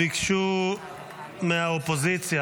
אדוני היושב-ראש, ביקשתי הודעה אישית.